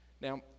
Now